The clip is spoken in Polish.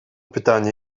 pytanie